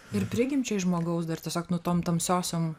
ir prigimčiai žmogaus dar tiesiog nu tom tamsiosiom